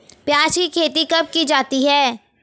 प्याज़ की खेती कब की जाती है?